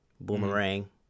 Boomerang